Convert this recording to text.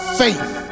faith